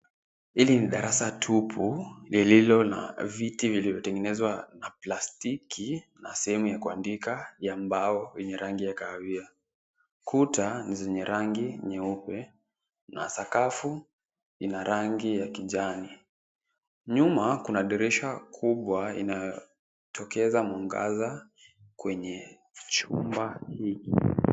Hili ni darasa tupu lililo na viti vilivyo tengenezwa na plastiki na sehemu ya kuandika ya mbao yenye rangi ya kahawia. Kuta zenye rangi nyeupe na sakafu ina rangi ya kijani. Nyuma kuna dirisha kubwa inayo tokeza mwangaza kwenye chumba hicho.